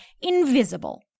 INVISIBLE